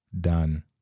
Done